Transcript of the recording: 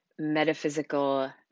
metaphysical